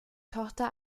tochter